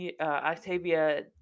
Octavia